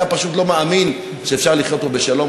אתה פשוט לא מאמין שאפשר לחיות פה בשלום,